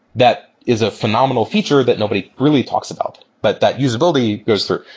that is a phenomenal feature that nobody really talks about, but that usability goes through.